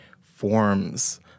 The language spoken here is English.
forms